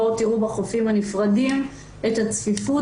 בואו תראו בחופים הנפרדים את הצפיפות.